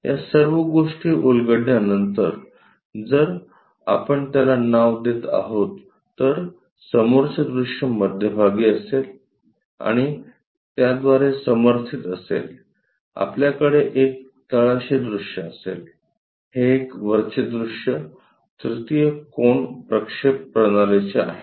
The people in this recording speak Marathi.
या सर्व गोष्टी उलगडल्यानंतर जर आपण त्याला नाव देत आहोत तर समोरचे दृश्य मध्यभागी असेल आणि त्याद्वारे समर्थित असेल आपल्याकडे एक तळाशी दृश्य असेल हे एक वरचे दृश्य तृतीय कोन प्रक्षेप प्रणालीचे आहे